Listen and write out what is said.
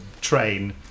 train